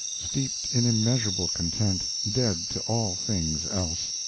steeped in immeasurable content, dead to all things else.